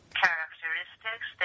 characteristics